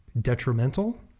detrimental